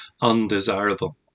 undesirable